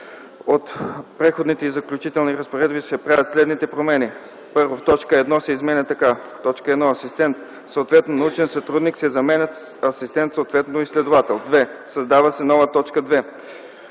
от Преходните и заключителни разпоредби се правят следните промени: 1. Точка 1 се изменя така: „1. „Асистент”, съответно „научен сътрудник”, се заменят с „асистент”, съответно „изследовател”.” 2. Създава се нова т. 2: